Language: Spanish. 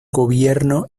gobierno